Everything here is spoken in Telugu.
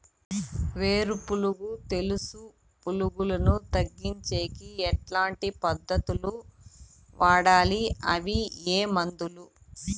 వేరు పులుగు తెలుసు పులుగులను తగ్గించేకి ఎట్లాంటి పద్ధతులు వాడాలి? అవి ఏ మందులు?